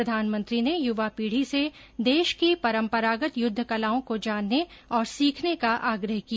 प्रधानमंत्री ने युवा पीढ़ी से देश की परम्परागत युद्ध कलाओं को जानने और सीखने का आग्रह किया